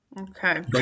Okay